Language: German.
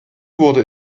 wurde